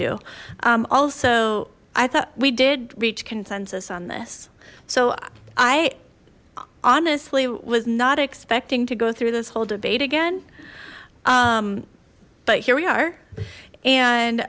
do also i thought we did reach consensus on this so i honestly was not expecting to go through this whole debate again but here we are and